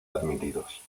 admitidos